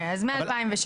אז מ-2016.